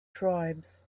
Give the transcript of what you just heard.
tribes